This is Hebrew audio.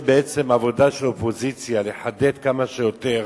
בעצם עבודה של אופוזיציה לחדד כמה שיותר